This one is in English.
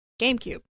GameCube